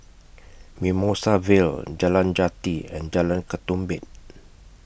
Mimosa Vale Jalan Jati and Jalan Ketumbit